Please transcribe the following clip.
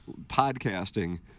podcasting